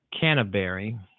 Canterbury